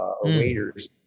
waiters